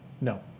No